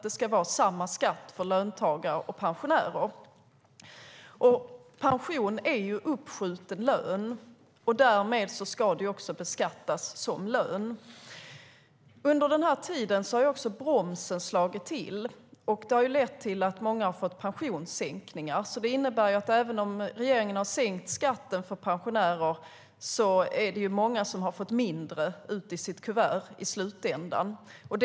Det ska vara samma skatt för löntagare och pensionärer. Pension är uppskjuten lön, och därmed ska pension också beskattas som lön. Under den här tiden har också bromsen slagit till. Det har lett till att många har fått pensionssänkningar. Även om regeringen har sänkt skatten för pensionärer, är det många som i slutändan har fått mindre i sina kuvert.